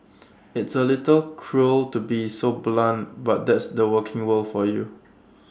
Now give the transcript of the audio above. it's A little cruel to be so blunt but that's the working world for you